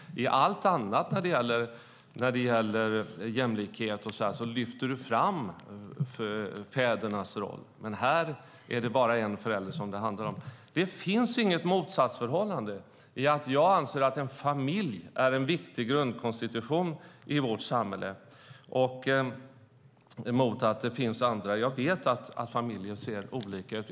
I allt annat när det gäller jämlikhet och så vidare lyfter du fram fädernas roll, men här är det bara en förälder som det handlar om. Det finns inget motsatsförhållande i att jag anser att en familj är en viktig grundkonstitution i vårt samhälle och att det finns andra konstellationer. Jag vet att familjer ser olika ut.